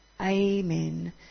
amen